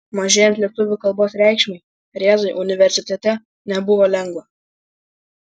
mažėjant lietuvių kalbos reikšmei rėzai universitete nebuvo lengva